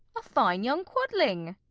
a fine young quodling.